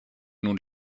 nun